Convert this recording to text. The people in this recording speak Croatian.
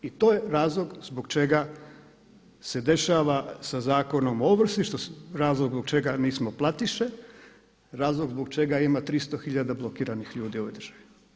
I to je razlog zbog čega se dešava sa Zakonom o ovrsi, razlog zbog čega nismo platiše, razlog zbog čega ima 300 hiljada blokiranih ljudi u ovoj državi.